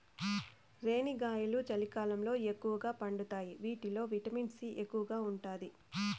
రేణిగాయాలు చలికాలంలో ఎక్కువగా పండుతాయి వీటిల్లో విటమిన్ సి ఎక్కువగా ఉంటాది